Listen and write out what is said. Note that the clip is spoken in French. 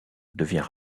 devient